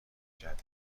جدید